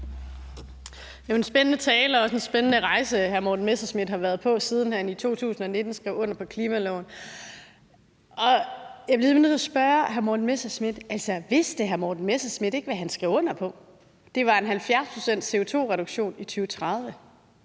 Det var jo en spændende tale, og det er også en spændende rejse, hr. Morten Messerschmidt har været på, siden han i 2019 skrev under på klimaloven. Jeg bliver nødt til at spørge hr. Morten Messerschmidt: Vidste hr. Morten Messerschmidt ikke, hvad han skrev under på? Det var en 70-procents-CO2-reduktion i 2030.